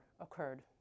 occurred